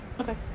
okay